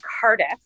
Cardiff